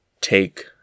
take